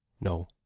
No